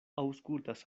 aŭskultas